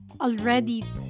already